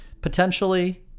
potentially